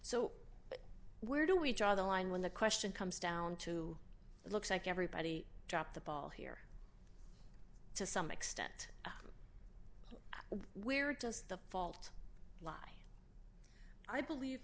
so where do we draw the line when the question comes down to it looks like everybody dropped the ball here to some extent where does the fault lie i believe